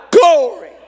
glory